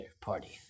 party